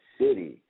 City